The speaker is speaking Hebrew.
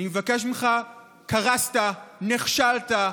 אני מבקש ממך: קרסת, נכשלת.